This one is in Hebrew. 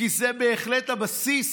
כי זה בהחלט הבסיס